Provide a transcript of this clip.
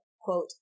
quote